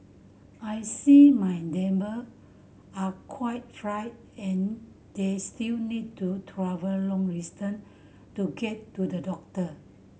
I see my neighbour are quite frail and they still need to travel long distance to get to the doctor